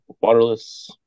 waterless